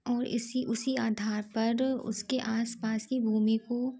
और इसी उसी आधार पर उसके आसपास की भूमि को